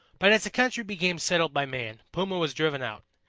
but as the country became settled by man, puma was driven out,